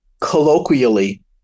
colloquially